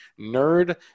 NERD